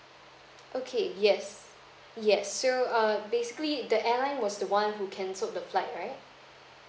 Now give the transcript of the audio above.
okay yes yes so err basically the airline was the one who canceled the flight right